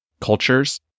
cultures